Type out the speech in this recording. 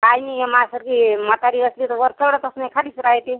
आहे मी म्हातारी आहे म्हातारी असली तर वर चढतच नाही खालीच राहती